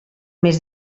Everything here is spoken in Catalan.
més